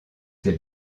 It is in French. ses